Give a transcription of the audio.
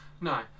No